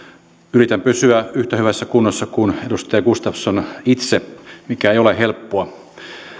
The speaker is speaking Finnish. yritän pysyä yhtä hyvässä kunnossa kuin edustaja gustafsson itse mikä ei ole helppoa